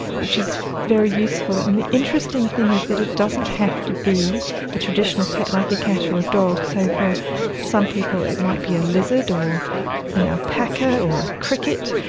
which is very useful. and the interesting thing is that it doesn't have to be a traditional pets like a cat or dog. so for some people it might be a lizard or an alpaca or a cricket.